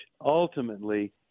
ultimately